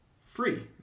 free